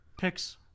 picks